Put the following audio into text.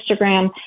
Instagram